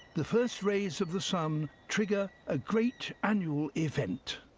the first rays of the sun trigger a great annual event.